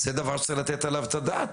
זה דבר חמור מאוד שצריך לתת עליו את הדעת.